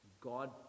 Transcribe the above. God